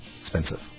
expensive